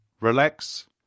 relax